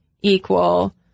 equal